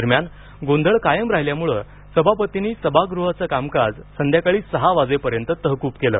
दरम्यान गोंधळ कायम राहिल्यानं सभापतींनी सभागृहाचं कामकाज संध्याकाळी सहा वाजेपर्यंत तहकूब केलं